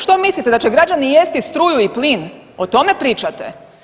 Što mislite da će građani jesti struju i plin, o tome pričate?